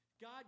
God